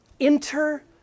Enter